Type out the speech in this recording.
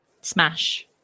smash